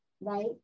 right